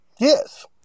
Yes